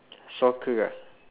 soccer ah